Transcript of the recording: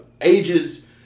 ages